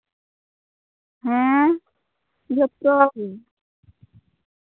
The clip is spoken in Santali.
ᱦᱮᱸ ᱡᱚᱛᱚ ᱜᱮ